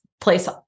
place